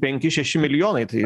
penki šeši milijonai tai